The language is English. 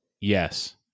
Yes